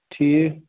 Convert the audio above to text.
ٹھیٖک